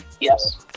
yes